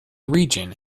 region